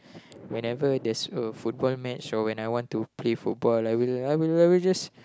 whenever there's a football match or when I want to play football I will I will I will just